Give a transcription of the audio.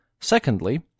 Secondly